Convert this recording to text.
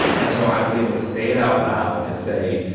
and so i was able to say it out loud and say,